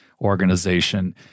organization